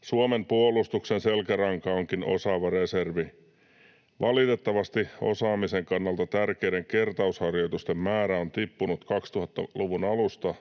Suomen puolustuksen selkäranka onkin osaava reservi. Valitettavasti osaamisen kannalta tärkeiden kertausharjoitusten määrä on tippunut 2000-luvun alusta